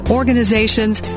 organizations